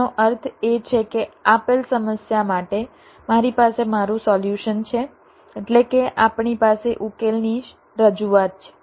આનો અર્થ એ છે કે આપેલ સમસ્યા માટે મારી પાસે મારું સોલ્યુશન છે એટલે કે આપણી પાસે ઉકેલની રજૂઆત છે